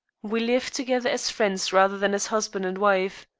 we lived together as friends rather than as husband and wife.